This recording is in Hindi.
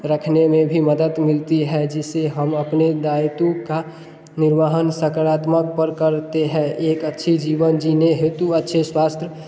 रखने में भी मदद मिलती है जिससे हम अपने दायित्व का निर्वहन सकारात्मक पर करते हैं एक अच्छी जीवन जीने हेतु अच्छे स्वास्थ्य